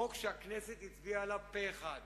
חוק שהכנסת הצביעה עליו פה אחד,